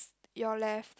your left